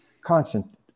constant